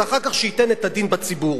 ואחר כך שייתן את הדין בציבור.